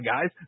guys